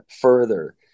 further